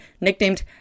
nicknamed